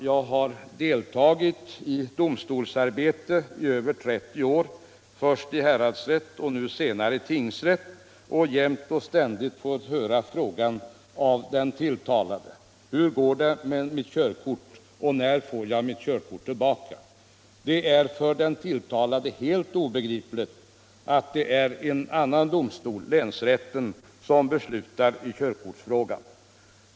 Jag har deltagit i domstolsarbete i över 30 år — först i häradsrätt och senare i tingsrätt — och jämt och ständigt fått höra frågan av den tilltalade: ”Hur går det med mitt körkort?” eller ”När får jag körkortet tillbaka?” Det är för den tilltalade helt obegripligt att det är en annan domstol, länsrätten, som beslutar i körkortsfrågan.